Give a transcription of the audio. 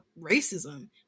racism